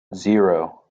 zero